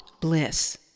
bliss